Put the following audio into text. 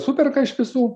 superka iš visų